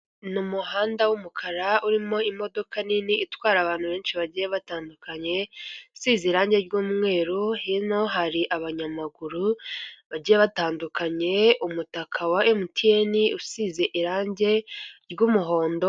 Ni umuhanda wumukara urimo imodoka nini itwara abantu benshi bagiye batandukanye, isize irangi ry'umweru hino hari abanyamaguru bagiye batandukanye, umutaka wa emutiyeni usize irangi ry'umuhondo.